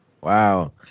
Wow